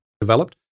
developed